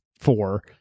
four